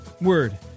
Word